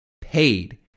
paid